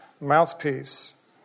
mouthpiece